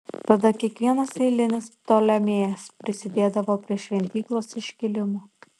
tada kiekvienas eilinis ptolemėjas prisidėdavo prie šventyklos iškilimo